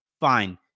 Fine